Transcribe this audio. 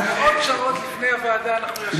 שעות, שעות לפני הוועדה אנחנו ישבנו.